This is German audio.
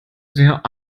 sehr